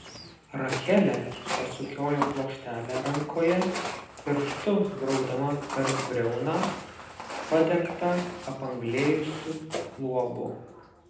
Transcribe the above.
rachelė pasukiojo plokštelę rankoje pirštu braukdama per briauną padengtą apanglėjusiu luobu